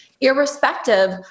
irrespective